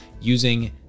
using